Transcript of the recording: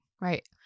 Right